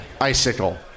icicle